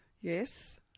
Yes